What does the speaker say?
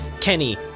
Kenny